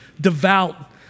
devout